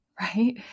right